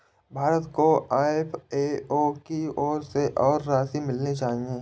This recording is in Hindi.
भारत को एफ.ए.ओ की ओर से और राशि मिलनी चाहिए